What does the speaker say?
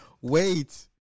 Wait